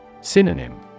Synonym